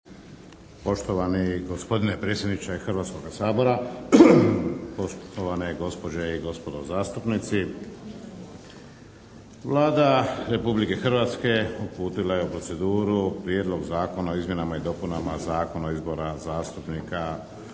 Poštovani gospodine predsjedniče Hrvatskoga sabora, poštovane gospođe i gospodo zastupnici. Vlada Republike Hrvatske uputila je u proceduru Prijedlog zakona o izmjenama i dopunama Zakona o izboru zastupnika u Hrvatski